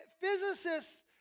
physicists